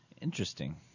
Interesting